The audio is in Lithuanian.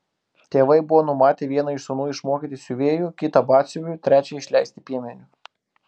tėvai buvo numatę vieną iš sūnų išmokyti siuvėju kitą batsiuviu trečią išleisti piemeniu